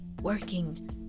working